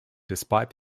despite